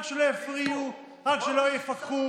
רק שלא יפריעו, רק שלא יפקחו.